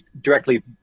directly